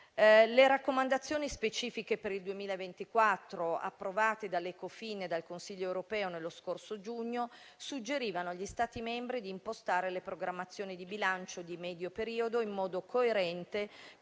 Le raccomandazioni specifiche per il 2024, approvate dall'Ecofin e dal Consiglio europeo nello scorso giugno, suggerivano agli Stati membri di impostare le programmazioni di bilancio di medio periodo in modo coerente